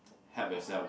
help yourself